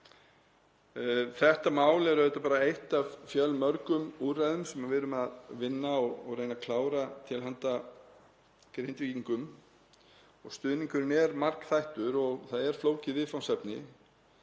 Þetta mál er auðvitað bara eitt af fjölmörgum úrræðum sem við erum að vinna og reyna að klára til handa Grindvíkingum og stuðningurinn er margþættur og það er flókið viðfangsefni,